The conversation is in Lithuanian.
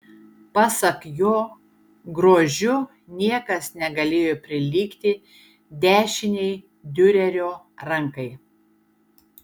pasak jo grožiu niekas negalėjo prilygti dešinei diurerio rankai